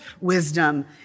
wisdom